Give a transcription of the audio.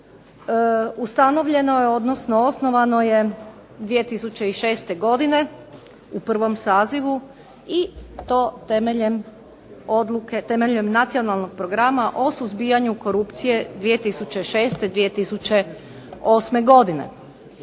ustanovljeno je, odnosno osnovano je 2006. godine u prvom sazivu i to temeljem Nacionalnog programa o suzbijanju korupcije 2006.-2008. Kada